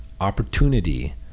opportunity